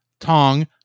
Tong